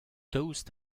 daoust